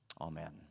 Amen